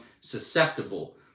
susceptible